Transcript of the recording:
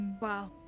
Wow